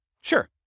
Sure